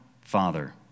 Father